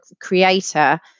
creator